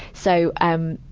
so, um,